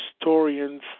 historians